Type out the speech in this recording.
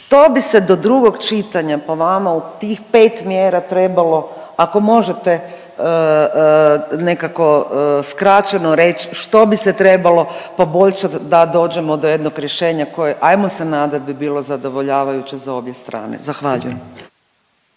Što bi se do drugog čitanja po vama u tih 5 mjera trebalo, ako možete nekako skraćeno reć, što bi se trebalo poboljšat da dođemo do jednog rješenja koje, ajmo se nadat, bilo zadovoljavajuće za obje strane? Zahvaljujem.